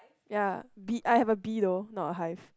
ya bee I have a bee though not a hive